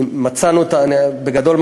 בגדול,